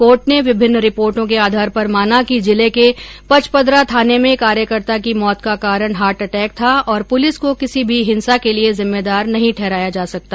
court ने विभिन्न रिपोर्टो के आधार पर माना कि जिले के पचपदरा थाने में कार्यकर्ता की मौत का कारण हार्ट अटैक था और पुलिस को किसी भी हिंसा के लिए जिम्मेदार नहीं ठहराया जा सकता